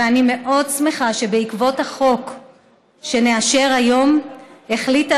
ואני מאוד שמחה שבעקבות החוק שנאשר היום החליטה